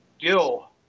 Gil